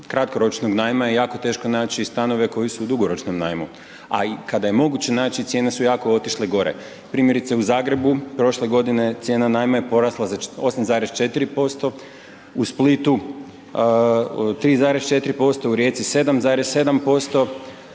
kratkoročnog najma je jako teško naći stanove koji su u dugoročnom najmu, a i kada je moguće naći, cijene su jako otišle gore. Primjerice, u Zagrebu, prošle godine cijena najma je porasla za 8,4%, u Splitu 3,4%, u Rijeci 7,7%.